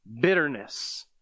Bitterness